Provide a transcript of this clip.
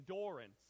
endurance